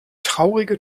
traurige